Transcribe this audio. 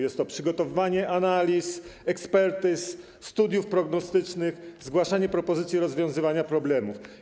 Chodzi o przygotowywanie analiz, ekspertyz, studiów prognostycznych, zgłaszanie propozycji rozwiązywania problemów.